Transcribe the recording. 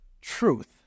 Truth